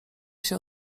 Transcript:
się